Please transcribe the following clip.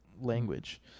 language